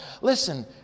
listen